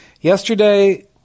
yesterday